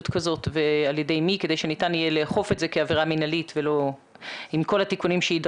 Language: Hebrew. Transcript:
פה לחלל האוויר כמה נתונים שלא כל כך מדויקים.